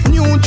New